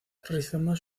rizomas